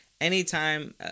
Anytime